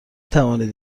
توانید